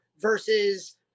versus